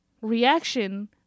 reaction